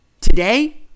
Today